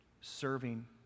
serving